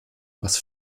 was